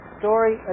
story